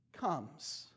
comes